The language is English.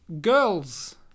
Girls